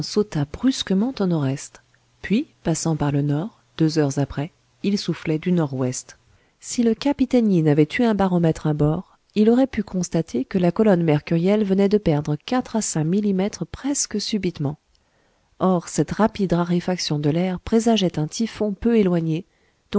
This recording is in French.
brusquement au nord-est puis passant par le nord deux heures après il soufflait du nord-ouest si le capitaine yin avait eu un baromètre à bord il aurait pu constater que la colonne mercurielle venait de perdre quatre à cinq millimètres presque subitement or cette rapide raréfaction de l'air présageait un typhon peu éloigné